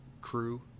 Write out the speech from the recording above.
crew